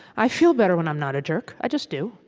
i feel better when i'm not a jerk. i just do.